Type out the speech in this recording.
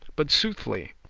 but soothly,